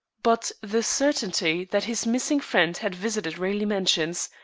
but the certainty that his missing friend had visited raleigh mansions,